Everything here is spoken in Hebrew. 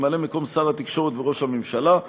ממלא-מקום שר התקשורת וראש הממשלה,